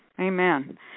Amen